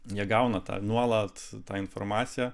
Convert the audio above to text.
jie gauna tą nuolat tą informaciją